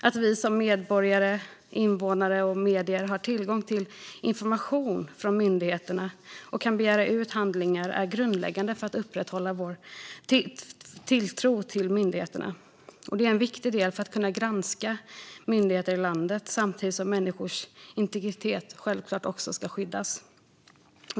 Att vi som medborgare, invånare och medier har tillgång till information från myndigheterna och kan begära ut handlingar är grundläggande för att upprätthålla tilltron till myndigheterna. Det är en viktig del för att kunna granska myndigheterna i landet. Samtidigt ska också människors integritet självklart skyddas.